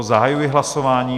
Zahajuji hlasování.